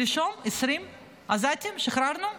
שלשום, 20 עזתים שחררנו.